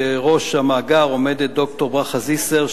בראש המאגר עומדת ד"ר ברכה זיסר,